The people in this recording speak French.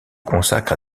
consacre